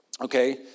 Okay